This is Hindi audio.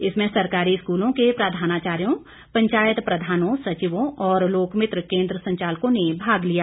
इसमें सरकारी स्कूलों के प्रधानाचार्यों पंचायत प्रधानों सचिवों और लोकमित्र केंद्र संचालकों ने भाग लिया